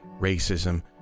racism